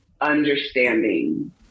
understanding